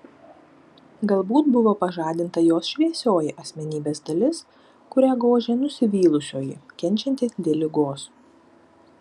galbūt buvo pažadinta jos šviesioji asmenybės dalis kurią gožė nusivylusioji kenčianti dėl ligos